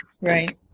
Right